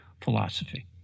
philosophy